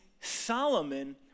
Solomon